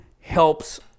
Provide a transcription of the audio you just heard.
helps